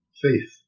faith